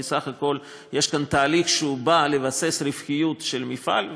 כי בסך הכול יש כאן תהליך שבא לבסס רווחיות של מפעל.